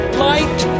light